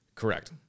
Correct